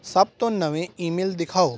ਸਭ ਤੋਂ ਨਵੇਂ ਈਮੇਲ ਦਿਖਾਓ